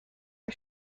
are